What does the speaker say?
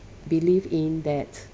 believe in that